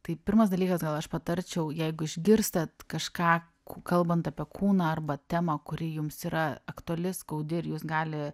tai pirmas dalykas gal aš patarčiau jeigu išgirstat kažką kalbant apie kūną arba temą kuri jums yra aktuali skaudi ir jūs gali